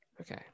okay